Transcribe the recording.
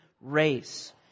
race